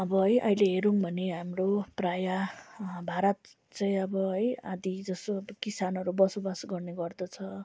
अब है अहिले हेऱ्यौँ भने हाम्रो प्रायः भारत चाहिँ अब है आधा जसो किसानहरू बसोबास गर्ने गर्दछ